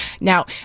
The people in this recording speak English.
now